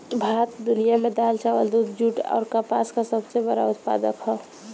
भारत दुनिया में दाल चावल दूध जूट आउर कपास का सबसे बड़ा उत्पादक ह